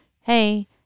Hey